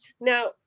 Now